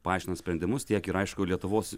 paaiškina sprendimus tiek ir aišku lietuvos